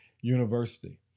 University